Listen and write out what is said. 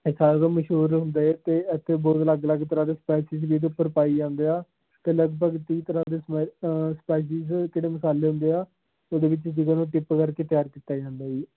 ਇਹ ਸਾਲ ਭਰ ਮਸ਼ਹੂਰ ਹੁੰਦਾ ਹੈ ਅਤੇ ਇੱਥੇ ਬਹੁਤ ਅਲੱਗ ਅਲੱਗ ਤਰ੍ਹਾਂ ਦੇ ਸਪਾਈਸਿਸ ਵੀ ਇਹਦੇ ਉੱਪਰ ਪਾਏ ਜਾਂਦੇ ਆ ਅਤੇ ਲਗਭਗ ਤੀਹ ਤਰ੍ਹਾਂ ਦੇ ਸਪਾ ਸਪਾਈਸਿਸ ਜਿਹੜੇ ਮਸਾਲੇ ਹੁੰਦੇ ਆ ਉਹਦੇ ਵਿੱਚ ਜਦੋਂ ਨਾ ਟਿੱਪ ਕਰਕੇ ਤਿਆਰ ਕੀਤਾ ਜਾਂਦਾ ਹੈ ਜੀ